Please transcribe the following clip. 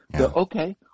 Okay